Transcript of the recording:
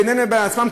בינן לבין עצמן,